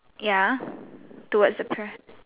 ya towards the